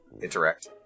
interact